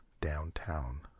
downtown